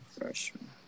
Freshman